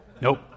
Nope